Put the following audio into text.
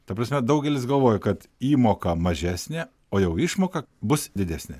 ta prasme daugelis galvoja kad įmoka mažesnė o jau išmoka bus didesnė